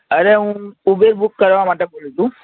અરે હું Uber book કરવા માટે બોલું છું